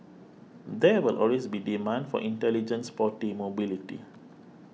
there will always be demand for intelligent sporty mobility